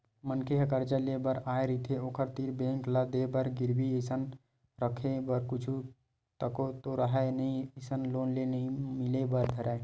मनखे ह करजा लेय बर आय रहिथे ओखर तीर बेंक ल देय बर गिरवी असन रखे बर कुछु तको तो राहय नइ अइसन म लोन नइ मिले बर धरय